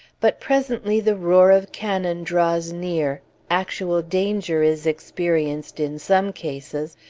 but presently the roar of cannon draws near, actual danger is experienced in some cases,